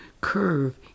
Curve